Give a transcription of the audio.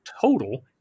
total